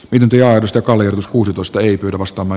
lempiajatusta kaljus kuusitoista ei pyydä vastaava